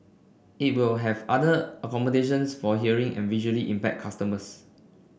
it will have other accommodations for hearing and visually impaired customers